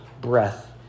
breath